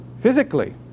physically